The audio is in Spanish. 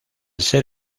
ser